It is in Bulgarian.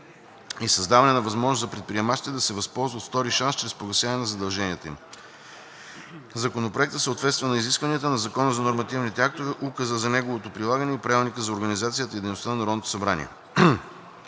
и създаване на възможност за предприемачите да се възползват от втори шанс чрез погасяване на задълженията им. Законопроектът съответства на изискванията на Закона за нормативните актове, Указа за неговото прилагане и Правилника за организацията и